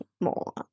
more